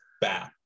bad